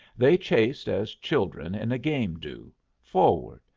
they chased as children in a game do forward,